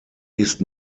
ist